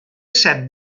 set